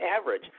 average